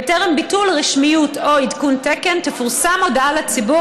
בטרם ביטול רשמיות או עדכון תקן תפורסם הודעה לציבור